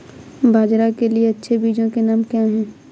बाजरा के लिए अच्छे बीजों के नाम क्या हैं?